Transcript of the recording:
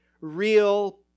real